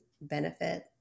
benefit